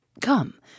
Come